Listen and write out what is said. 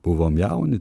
buvom jauni